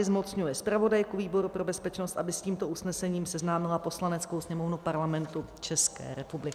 Zmocňuje zpravodajku výboru pro bezpečnost, aby s tímto usnesením seznámila Poslaneckou sněmovnu Parlamentu České republiky.